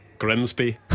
Grimsby